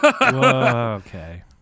Okay